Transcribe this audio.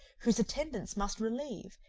whose attendance must relieve,